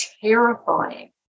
terrifying